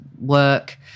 work